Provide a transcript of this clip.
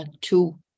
two